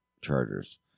Chargers